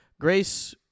Grace